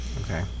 Okay